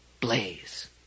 Blaze